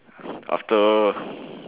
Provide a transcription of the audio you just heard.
after